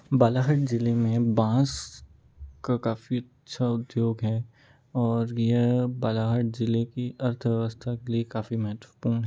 बालाघाट जिले में बाँस का काफ़ी अच्छा उद्योग है और यह बालाघाट जिले कि अर्थव्ययवस्था के लिए काफ़ी महत्वपूर्ण है